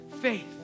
faith